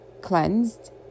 cleansed